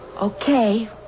Okay